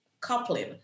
coupling